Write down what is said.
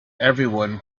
everyone